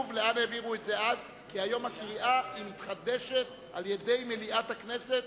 כי היום הקריאה מתחדשת על-ידי מליאת הכנסת,